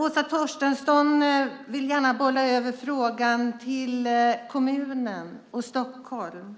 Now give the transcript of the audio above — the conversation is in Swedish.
Åsa Torstensson vill gärna bolla över frågan till kommunen och Stockholm.